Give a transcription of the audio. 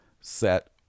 set